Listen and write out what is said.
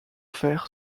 fer